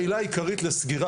העילה העיקרית לסגירה,